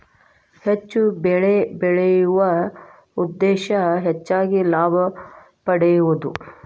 ಹೆಚ್ಚು ಬೆಳಿ ಬೆಳಿಯು ಉದ್ದೇಶಾ ಹೆಚಗಿ ಲಾಭಾ ಪಡಿಯುದು